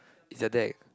is a deck